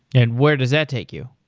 and where does that take you?